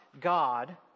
God